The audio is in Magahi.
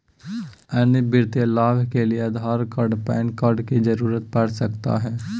अन्य वित्तीय लाभ के लिए आधार कार्ड पैन कार्ड की जरूरत पड़ सकता है?